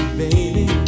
baby